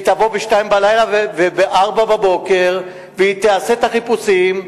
והיא תבוא ב-02:00 וב-04:00 והיא תעשה את החיפושים,